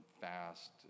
fast